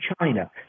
China